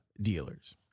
dealers